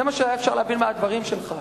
זה מה שהיה אפשר להבין מהדברים שלך.